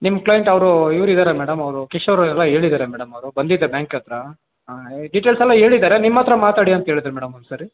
ನಿಮ್ಮ ಕ್ಲೈಂಟ್ ಅವರು ಇವ್ರು ಇದ್ದಾರೆ ಮೇಡಮ್ ಅವರು ಕಿಶೋರ್ ಎಲ್ಲ ಹೇಳಿದಾರೆ ಮೇಡಮ್ ಅವರು ಬಂದಿದ್ದೆ ಬ್ಯಾಂಕ್ ಹತ್ತಿರ ಹಾಂ ಡಿಟೇಲ್ಸ್ ಎಲ್ಲ ಹೇಳಿದಾರೆ ನಿಮ್ಮ ಹತ್ರ ಮಾತಾಡಿ ಅಂತ ಹೇಳದ್ರು ಮೇಡಮ್ ಒಂದ್ಸರಿ